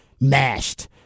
mashed